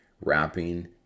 Wrapping